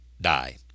die